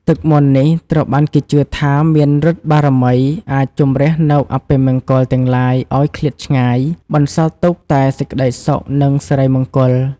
ទឹកមន្តនេះត្រូវបានគេជឿថាមានឫទ្ធិបារមីអាចជម្រះនូវអពមង្គលទាំងឡាយឲ្យឃ្លាតឆ្ងាយ បន្សល់ទុកតែសេចក្ដីសុខនិងសិរីមង្គល។